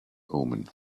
omen